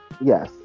Yes